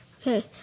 Okay